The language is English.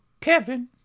Kevin